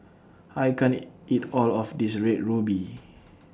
I can't eat All of This Red Ruby